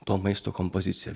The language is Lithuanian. to maisto kompozicija